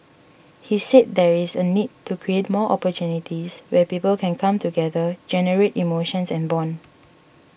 he said there is a need to create more opportunities where people can come together generate emotions and bond